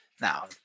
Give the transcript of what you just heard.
Now